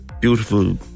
beautiful